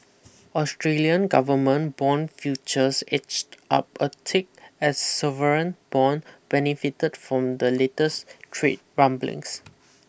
Australian government bond futures edged up a tick as sovereign bond benefited from the latest trade rumblings